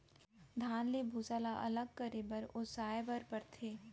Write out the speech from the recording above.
धान ले भूसा ल अलग करे बर ओसाए बर परथे